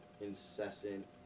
incessant